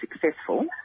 successful